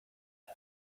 all